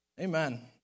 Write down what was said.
Amen